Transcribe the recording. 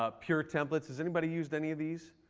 ah pure templates has anybody used any of these?